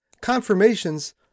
Confirmations